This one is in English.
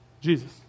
Jesus